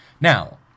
Now